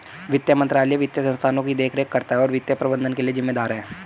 वित्त मंत्रालय वित्तीय संस्थानों की देखरेख करता है और वित्तीय प्रबंधन के लिए जिम्मेदार है